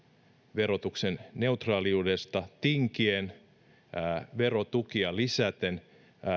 verotuksen neutraaliudesta tinkien ja verotukia lisäten